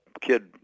kid